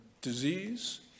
disease